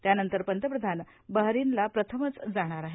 त्यानंतर पंतप्रधान बाहरीनलाही प्रथमच जाणार आहेत